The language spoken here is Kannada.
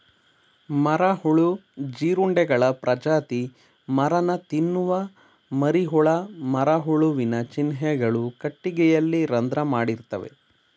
ಮರಹುಳು ಜೀರುಂಡೆಗಳ ಪ್ರಜಾತಿ ಮರನ ತಿನ್ನುವ ಮರಿಹುಳ ಮರಹುಳುವಿನ ಚಿಹ್ನೆಗಳು ಕಟ್ಟಿಗೆಯಲ್ಲಿ ರಂಧ್ರ ಮಾಡಿರ್ತವೆ